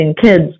kids